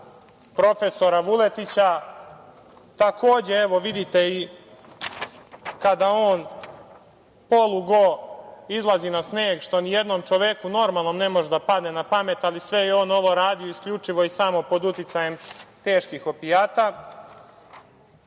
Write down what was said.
profesora Vuletića. Takođe, evo, vidite i kada on polugo izlazi na sneg, što nijednom čoveku normalnom ne može da padne na pamet, ali sve je on ovo radio isključivo i samo pod uticajem teških opijata. Takođe,